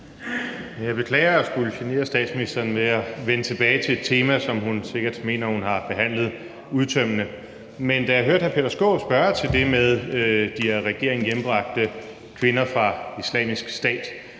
Jeg beklager at skulle genere statsministeren med at vende tilbage til et tema, som hun sikkert mener hun har behandlet udtømmende. Men da jeg hørte hr. Peter Skaarup spørge til det med de af regeringen hjembragte kvinder fra Islamisk Stat,